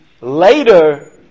later